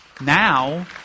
Now